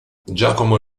giacomo